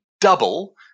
double